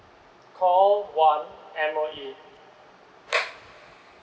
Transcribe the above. call one M_O_E